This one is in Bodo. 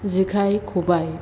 जेखाइ खबाइ